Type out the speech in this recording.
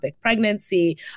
pregnancy